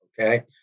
Okay